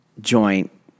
joint